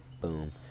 Boom